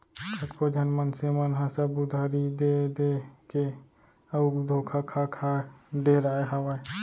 कतको झन मनसे मन ह सब उधारी देय देय के अउ धोखा खा खा डेराय हावय